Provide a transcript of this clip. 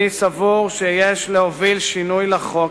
אני סבור שיש להוביל שינוי לחוק,